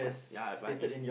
ya but is